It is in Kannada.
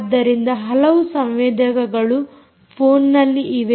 ಆದ್ದರಿಂದ ಹಲವು ಸಂವೇದಕಗಳು ಫೋನ್ನಲ್ಲಿ ಇವೆ